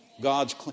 God's